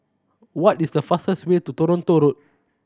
what is the fastest way to Toronto Road